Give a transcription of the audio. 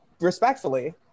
respectfully